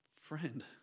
Friend